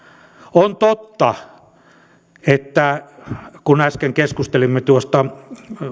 on totta kun äsken keskustelimme